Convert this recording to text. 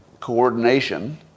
coordination